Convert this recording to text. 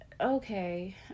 okay